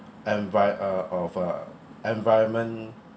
envi~ uh of uh environment